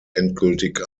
endgültig